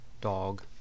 dog